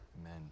Amen